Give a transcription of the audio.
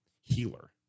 healer